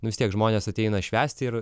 vis tiek žmonės ateina švęsti ir